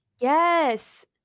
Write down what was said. yes